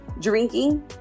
drinking